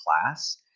class